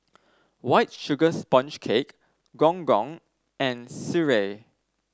White Sugar Sponge Cake Gong Gong and sireh